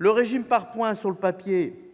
Sur le papier,